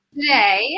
Today